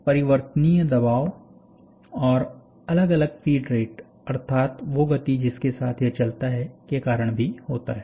तो यह परिवर्तनीय दबाव और अलग अलग फीड रेट अर्थात वो गति जिसके साथ यह चलता है के कारण भी होता है